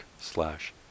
slash